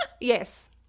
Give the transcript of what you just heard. Yes